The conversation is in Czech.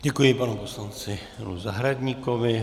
Děkuji panu poslanci Janu Zahradníkovi.